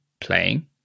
playing